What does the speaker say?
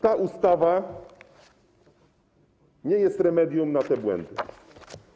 Ta ustawa nie jest remedium na te błędy.